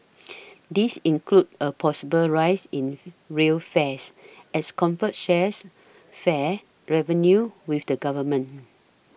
these include a possible rise in rail fares as Comfort shares fare revenue with the Government